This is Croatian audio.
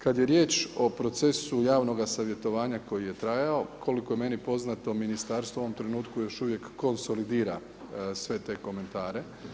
Kada je riječ o procesu javnoga savjetovanja koji je trajao, koliko je meni poznato ministarstvo u ovom trenutku još uvijek konsolidira sve te komentare.